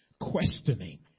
questioning